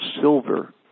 silver